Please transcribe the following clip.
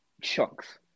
chunks